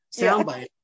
soundbite